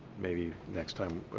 maybe next time.